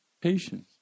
Patience